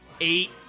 eight